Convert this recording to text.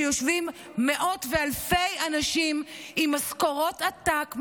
שיושבים מאות ואלפי אנשים עם משכורות עתק,